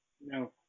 No